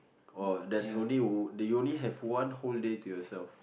or there's only one that you only have one whole day to yourself